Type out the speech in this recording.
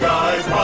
Guys